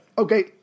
Okay